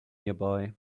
nearby